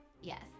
Yes